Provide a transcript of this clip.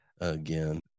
again